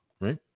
right